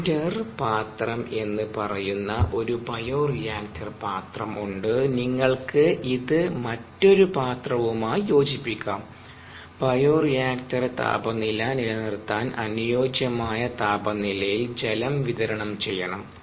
cylinder പാത്രം എന്ന് പറയുന്ന ഒരു ബയോറിയാക്ടർ പാത്രം ഉണ്ട് നിങ്ങൾക്ക് ഇത് മറ്റൊരു പാത്രവുമായി യോജിപ്പിക്കാം ബയോറിയാക്ടർ താപനില നിലനിർത്താൻ അനുയോജ്യമായ താപനിലയിൽ ജലം വിതരണം ചെയ്യണം